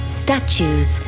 statues